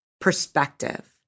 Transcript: Perspective